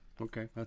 okay